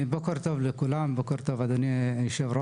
בוקר טוב לכולם, בוקר טוב, אדוני היושב-ראש.